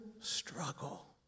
struggle